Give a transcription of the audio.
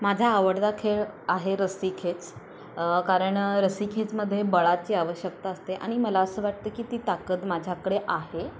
माझा आवडता खेळ आहे रस्सीखेच कारण रस्सीखेचमध्ये बळाची आवश्यकता असते आणि मला असं वाटतं की ती ताकद माझ्याकडे आहे